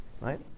right